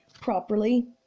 properly